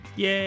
Yay